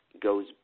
goes